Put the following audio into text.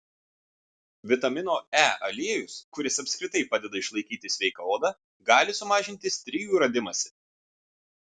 vitamino e aliejus kuris apskritai padeda išlaikyti sveiką odą gali sumažinti strijų radimąsi